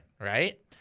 right